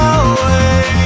away